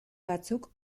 batzuk